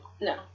No